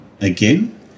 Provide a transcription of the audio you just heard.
again